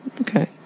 Okay